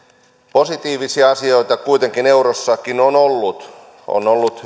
positiivisia asioita kuitenkin eurossakin on ollut on ollut